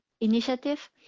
initiative